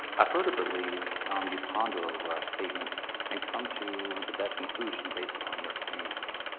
i further believe you ponder over our statements and come to the best conclusion based upon your experiences.